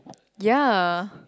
ya